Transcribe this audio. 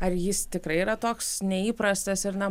ar jis tikrai yra toks neįprastas ir na